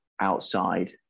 outside